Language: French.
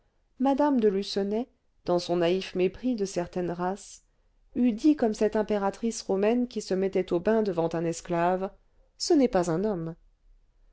mme de lucenay dans son naïf mépris de certaines races eût dit comme cette impératrice romaine qui se mettait au bain devant un esclave ce n'est pas un homme